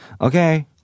Okay